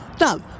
no